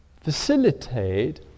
facilitate